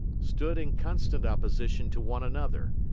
stood in constant opposition to one another,